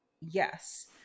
Yes